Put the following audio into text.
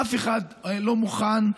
אף אחד לא מוכן.